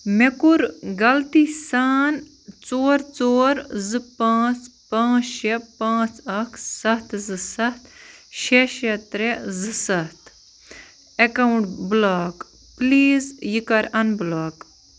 مےٚ کوٚر غلطی سان ژور ژور زٕ پانژھ پانٛژھ شےٚ پانٛژھ اَکھ سَتھ زٕ سَتھ شےٚ شےٚ ترٛےٚ زٕ سَتھ اٮ۪کاوُنٹ بلاک پٕلیٖز یہِ کَر ان بلاک